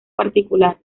particular